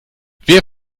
wer